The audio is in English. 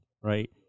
right